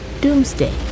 doomsday